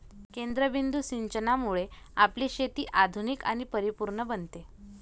केंद्रबिंदू सिंचनामुळे आपली शेती आधुनिक आणि परिपूर्ण बनते